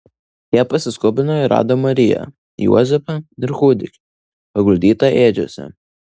jie pasiskubino ir rado mariją juozapą ir kūdikį paguldytą ėdžiose